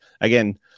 again